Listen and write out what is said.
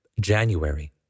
January